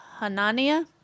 Hanania